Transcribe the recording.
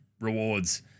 Rewards